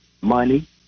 money